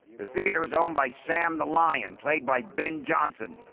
the theatre is owned by sam the lion played by ben johnson.